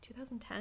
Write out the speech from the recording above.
2010